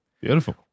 Beautiful